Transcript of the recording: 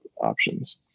options